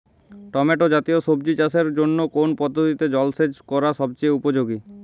Tomato জাতীয় সবজি চাষের জন্য কোন পদ্ধতিতে জলসেচ করা সবচেয়ে উপযোগী?